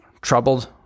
troubled